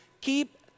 keep